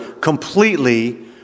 completely